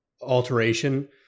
alteration